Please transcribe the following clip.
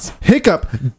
Hiccup